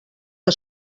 que